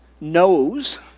knows